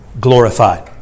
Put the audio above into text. glorified